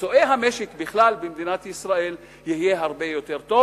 לביצועי המשק בכלל במדינת ישראל יהיה הרבה יותר טוב,